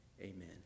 Amen